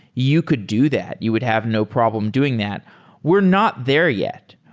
you could do that. you would have no problem doing that we're not there yet.